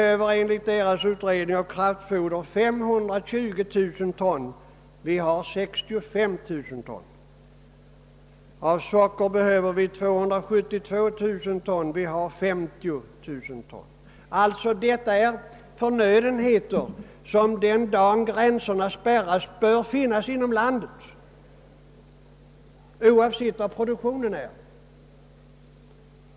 Av kraftfoder skulle vi behöva 520 000 ton; vi har 65 000 ton. Av socker skulle vi behöva 272 000 ton; vi har 50 000 ton. Det rör sig alltså om förnödenheter, som den dag gränserna spärras bör finnas inom landet, oavsett hur stor produktionen är.